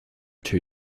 two